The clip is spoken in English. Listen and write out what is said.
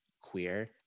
queer